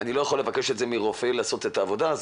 אני לא יכול לבקש את זה מרופא לעשות את העבודה הזו,